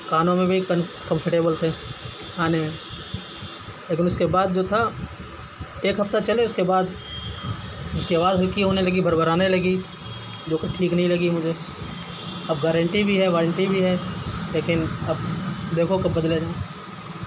کانوں میں بھی کنفٹیبل تھے لگانے میں لیکن اس کے بعد جو تھا ایک ہفتہ چلے اس کے بعد اس کی آواز ہلکی ہونے لگی بھربھرانے لگی جوکہ ٹھیک نہیں لگی مجھے اب گارنٹی بھی ہے وارنٹی بھی ہے لیکن اب دیکھو کب بدلے